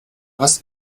hast